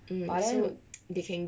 but then